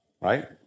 right